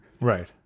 Right